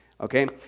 okay